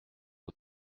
aux